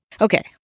Okay